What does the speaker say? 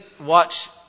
watch